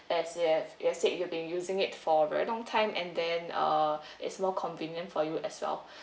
as there you've said you've been using it for a long time and then uh it's more convenient for you as well